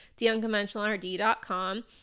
theunconventionalrd.com